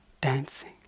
dancing